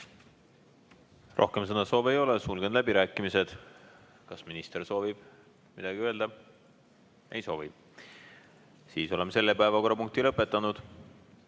Rohkem sõnasoove ei ole. Sulgen läbirääkimised. Kas minister soovib midagi öelda? Ei soovi. Siis oleme selle päevakorrapunkti käsitlemise